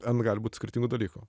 n gali būt skirtingų dalykų